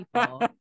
people